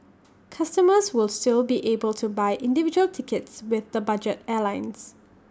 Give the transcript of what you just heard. customers will still be able to buy individual tickets with the budget airlines